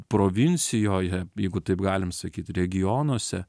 provincijoje jeigu taip galim sakyt regionuose